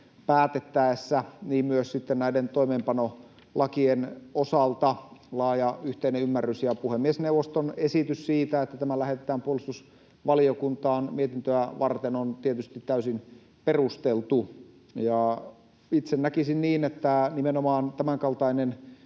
päätettäessä myös sitten näiden toimeenpanolakien osalta on laaja yhteinen ymmärrys. Ja puhemiesneuvoston esitys siitä, että tämä lähetetään puolustusvaliokuntaan mietintöä varten, on tietysti täysin perusteltu. Itse näkisin niin, että nimenomaan tämänkaltaisessa